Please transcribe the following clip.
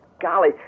golly